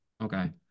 Okay